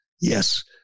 Yes